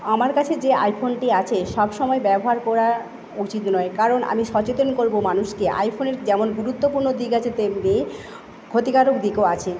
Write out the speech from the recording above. আমার কাছে যে আইফোনটি আছে সবসময় ব্যবহার করা উচিত নয় কারণ আমি সচেতন করবো মানুষকে আইফোনের যেমন গুরুত্বপূর্ণ দিক আছে তেমনি ক্ষতিকারক দিকও আছে